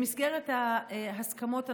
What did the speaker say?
במסגרת ההסכמות,